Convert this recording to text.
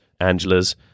Angela's